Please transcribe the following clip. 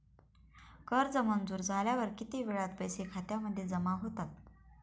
कर्ज मंजूर झाल्यावर किती वेळात पैसे खात्यामध्ये जमा होतात?